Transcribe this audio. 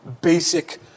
basic